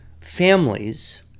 families